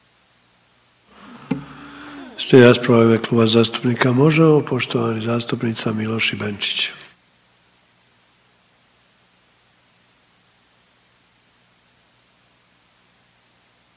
Slijedi rasprava u ime Kluba zastupnika Možemo! poštovanih zastupnica Miloš i Benčić.